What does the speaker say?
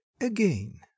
again